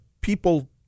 people